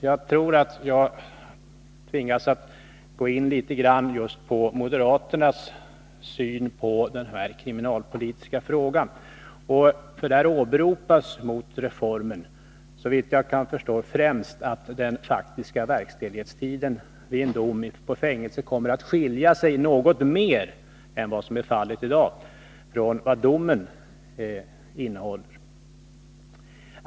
Jag tvingas att gå in litet grand just på moderaternas syn på denna kriminalpolitiska fråga. Där åberopas mot reformen, såvitt jag kan förstå, främst att den faktiska verkställighetstiden vid en dom på fängelse kommer att skilja sig något mer än vad som är fallet i dag från vad domen innehåller.